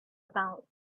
about